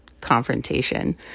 confrontation